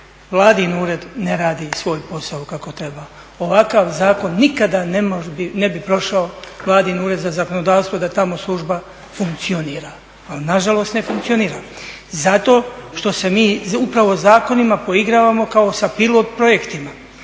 Vladin ured ne radi svoj posao kako treba. Ovakav zakon nikada ne bi prošao, Vladin ured za zakonodavstvo da tamo služba funkcionira. Ali nažalost ne funkcionira. Zato što se mi upravo zakonima poigravamo kako sa pilot projektima,